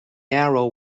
arrow